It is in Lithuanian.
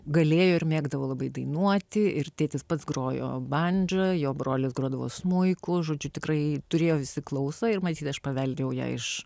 galėjo ir mėgdavo labai dainuoti ir tėtis pats grojo bandža jo brolis grodavo smuiku žodžiu tikrai turėjo visi klausą ir matyt aš paveldėjau ją iš